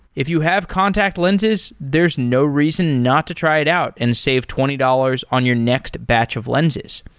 if you have contact lenses, there's no reason not to try it out and save twenty dollars on your next batch of lenses.